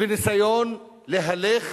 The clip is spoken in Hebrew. וניסיון להלך